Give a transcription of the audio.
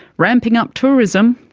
ramping up tourism,